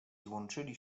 złączyli